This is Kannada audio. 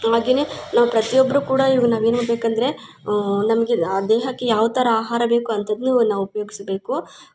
ಹಾಗೇ ನಾವು ಪ್ರತಿಯೊಬ್ಬರು ಕೂಡ ಇವು ನಾವೇನ್ಮಾಡಬೇಕಂದ್ರೆ ನಮಗೆ ದೇಹಕ್ಕೆ ಯಾವ ಥರ ಆಹಾರಬೇಕೋ ಅಂಥದನ್ನು ನಾವು ಉಪಯೋಗೀಸಬೇಕು